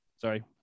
Sorry